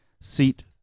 seat